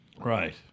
Right